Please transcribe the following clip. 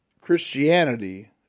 Christianity